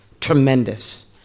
Tremendous